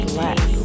less